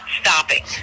stopping